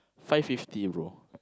five fifty bro